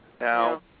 Now